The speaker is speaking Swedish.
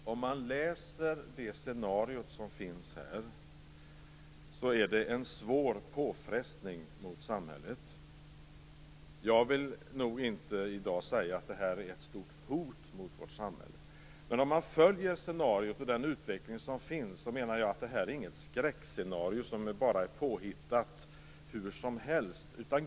Herr talman! Det scenario som finns här gäller en svår påfrestning mot samhället. Jag vill inte i dag säga att detta utgör ett stort hot mot vårt samhälle. Men om man följer scenariot och den utveckling som finns, menar jag att detta inte är ett skräckscenario som är påhittat hur som helst.